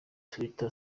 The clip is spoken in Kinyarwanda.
twitter